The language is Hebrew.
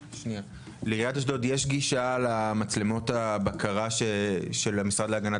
לעיריית אשדוד יש גישה למצלמות הבקרה של המשרד להגנת